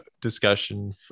discussion